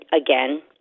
again